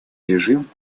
режим